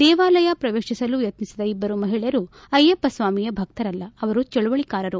ದೇವಾಲಯ ಪ್ರವೇಶಿಸಲು ಯತ್ನಿಸಿದ ಇಬ್ಬರು ಮಹಿಳೆಯರು ಅಯ್ಯಪ್ಪಸ್ವಾಮಿಯ ಭಕ್ತರಲ್ಲ ಅವರು ಚಳುವಳಿಕಾರರು